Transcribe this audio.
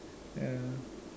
ya